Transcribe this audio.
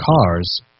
cars